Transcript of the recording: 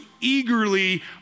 eagerly